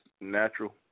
natural